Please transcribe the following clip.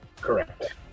Correct